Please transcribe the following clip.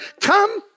come